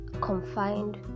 confined